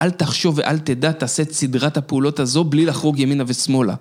אל תחשוב ואל תדע תעשה את סדרת הפעולות הזו בלי לחרוג ימינה ושמאלה